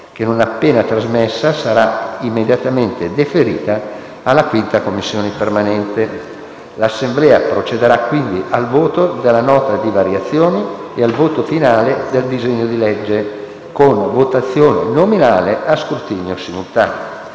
che, non appena trasmessa, sarà immediatamente deferita alla 5ª Commissione permanente. L'Assemblea procederà quindi al voto della Nota di variazioni e al voto finale del disegno di legge, con votazione nominale a scrutinio simultaneo.